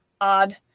odd